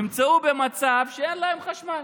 נמצאים במצב שאין להם חשמל.